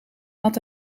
had